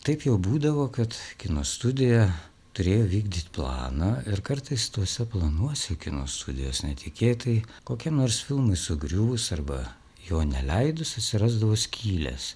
taip jau būdavo kad kino studija turėjo vykdyt planą ir kartais tuose planuose kino studijos netikėtai kokiam nors filmui sugriuvus arba jo neleidus atsirasdavo skylės